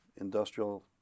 industrial